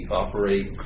operate